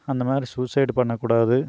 அந்தமாதிரி சூசைட் பண்ணக்கூடாது